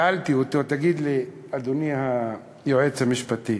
שאלתי אותו: תגיד לי, אדוני היועץ המשפטי,